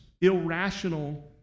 irrational